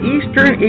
Eastern